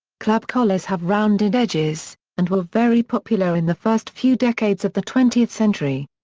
club collars have rounded edges, and were very popular in the first few decades of the twentieth century.